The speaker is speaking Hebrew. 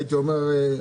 הייתי אומר,